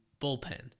bullpen